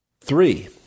Three